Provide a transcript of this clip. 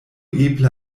eble